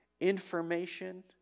information